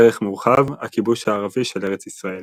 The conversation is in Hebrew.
ערך מורחב – הכיבוש הערבי של ארץ ישראל